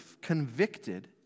convicted